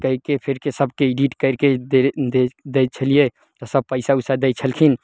कएके फेरके सभके एडिट करिके दए दै दै छलियै तऽ सभ पैसा उसा दै छलखिन